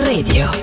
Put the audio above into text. Radio